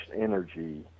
energy